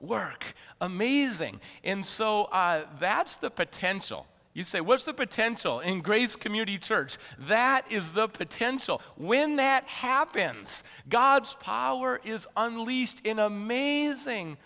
work amazing in so that's the potential you say what's the potential in grace community church that is the potential when that happens god's power is unleased in amazing